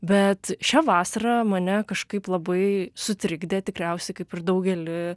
bet šią vasarą mane kažkaip labai sutrikdė tikriausiai kaip ir daugelį